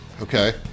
Okay